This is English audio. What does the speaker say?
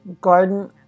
Garden